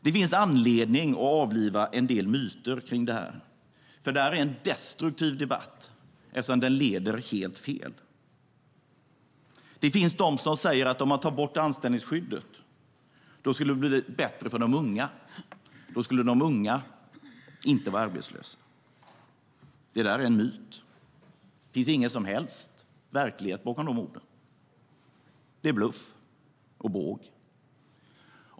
Det finns anledning att avliva en del myter kring det här, för det är en destruktiv debatt eftersom den leder helt fel. Det finns de som säger att om man tar bort anställningsskyddet skulle det bli bättre för de unga. Då skulle de unga inte vara arbetslösa. Det där är en myt. Det finns ingen som helst verklighet bakom de orden. Det är bluff och båg.